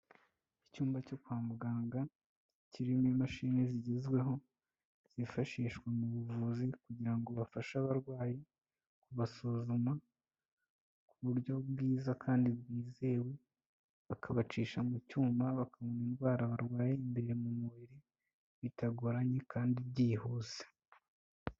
Icyumba cyo kwa muganga, kirimo imashini zigezweho, zifashishwa mu buvuzi kugira ngo bafashe abarwayi kubasuzuma ku buryo bwiza kandi bwizewe, bakabacisha mu cyuma bakamenya indwara barwaye imbere mu mubiri, bitagoranye kandi byihuse.